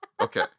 Okay